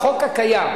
לפי החקיקה הקיימת,